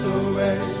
away